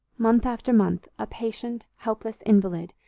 month after month, a patient, helpless invalid,